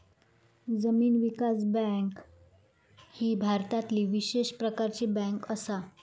जमीन विकास बँक ही भारतातली विशेष प्रकारची बँक असा